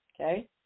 okay